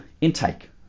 intake